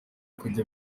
kujya